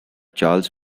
charles